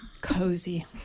cozy